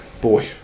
Boy